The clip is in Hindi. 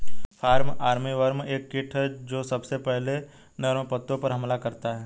फॉल आर्मीवर्म एक कीट जो सबसे पहले नर्म पत्तों पर हमला करता है